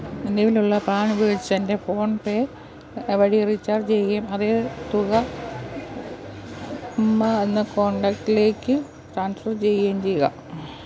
നിലവിലുള്ള പാൻ ഉപയോഗിച്ച് എൻ്റെ ഫോൺപേ വഴി റീചാർജ്ജ് ചെയ്യുകയും അതേ തുക ഉമ്മ എന്ന കോൺടാക്റ്റിലേക്ക് ട്രാൻസ്ഫർ ചെയ്യുകയും ചെയ്യുക